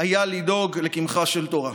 היה לדאוג לקמחה של תורה.